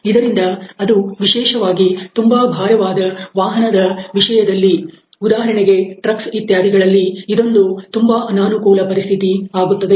ಇದರಿಂದ ಅದು ವಿಶೇಷವಾಗಿ ತುಂಬಾ ಭಾರವಾದ ವಾಹನಗಳ ವಿಷಯದಲ್ಲಿ ಉದಾಹರಣೆಗೆ ಟ್ರಕ್ಸ್ ಇತ್ಯಾದಿಗಳಲ್ಲಿ ಇದೊಂದು ತುಂಬಾ ಅನಾನುಕೂಲ ಪರಿಸ್ಥಿತಿ ಆಗುತ್ತದೆ